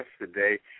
yesterday